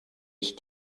ich